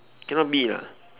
cannot be lah